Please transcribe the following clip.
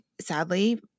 Sadly